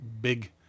big